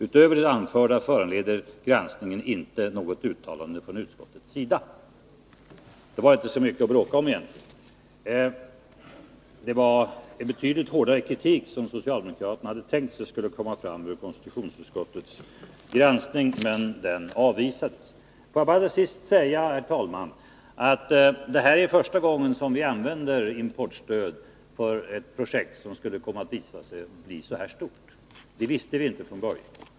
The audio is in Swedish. Utöver det anförda föranleder granskningen inte något uttalande från utskottets sida.” Det var inte så mycket att bråka om egentligen. Socialdemokraterna hade räknat med att det vid konstitutionsutskottets granskning skulle komma fram en betydligt hårdare kritik, men så blev det inte. Får jag bara till sist, herr talman, säga att det här är första gången som vi använder importstöd för ett projekt som visat sig bli så här stort. Det visste vi inte från början.